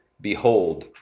Behold